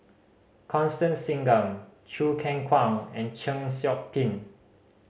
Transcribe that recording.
Constance Singam Choo Keng Kwang and Chng Seok Tin